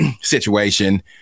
situation